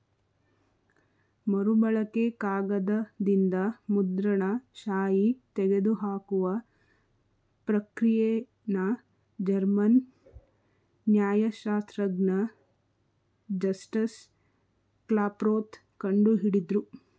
ಮರುಬಳಕೆ ಕಾಗದದಿಂದ ಮುದ್ರಣ ಶಾಯಿ ತೆಗೆದುಹಾಕುವ ಪ್ರಕ್ರಿಯೆನ ಜರ್ಮನ್ ನ್ಯಾಯಶಾಸ್ತ್ರಜ್ಞ ಜಸ್ಟಸ್ ಕ್ಲಾಪ್ರೋತ್ ಕಂಡು ಹಿಡುದ್ರು